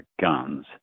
guns